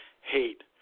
hate